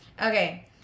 Okay